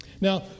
Now